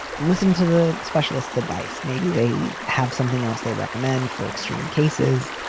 listen to the specialists advice. maybe they have something else they recommend for extreme cases.